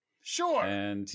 Sure